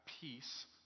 peace